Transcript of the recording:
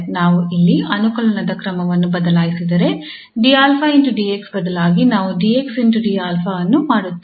ನಾವು ಇಲ್ಲಿ ಅನುಕಲನದ ಕ್ರಮವನ್ನು ಬದಲಾಯಿಸಿದರೆ 𝑑𝛼 𝑑𝑥 ಬದಲಾಗಿ ನಾವು 𝑑𝑥 𝑑𝛼 ಅನ್ನು ಮಾಡುತ್ತೇವೆ